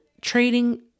trading